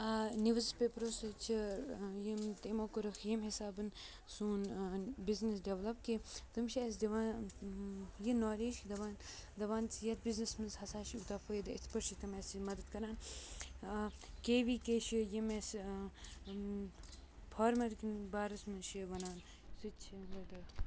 news پیپرو سۭتۍ چھِ یِم تہٕ یِمو کوٚرُکھ ییٚمہِ حِساب سون بِزنٮ۪س ڈیٚولَپ کہِ تِم چھِ اَسہِ دِوان یہِ نالیج دَپان دَپان چھِ یَتھ بِزنٮ۪سَس منٛز ہَسا چھِ یوٗتاہ فٲیِدٕ یِتھ پٲٹھۍ چھِ تِم اَسہِ مَدد کَران کے وی کے چھِ یِم اَسہِ فارمَر کٮ۪ن بارَس منٛز چھِ یہِ وَنان سُہ تہِ چھِ